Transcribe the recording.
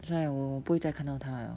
所以我不会再看到他 liao